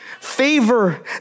Favor